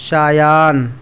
شایان